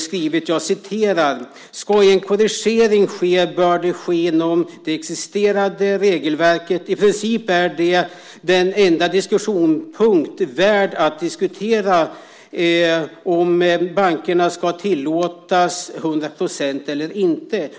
skrivit bland annat: Ska en korrigering ske bör det ske inom det existerande regelverket. I princip är det den enda diskussionspunkt värd att diskutera om bankerna ska tillåtas 100 % eller inte.